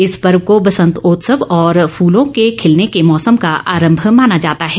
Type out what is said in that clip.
इस पर्व को बसंतोत्सव और फूलों के खिलने के मौसम का आरंभ माना जाता है